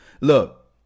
Look